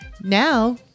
now